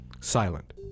silent